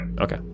Okay